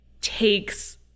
takes